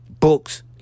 Books